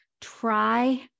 Try